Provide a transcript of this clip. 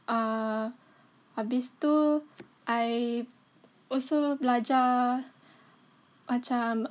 err habis tu I also belajar macam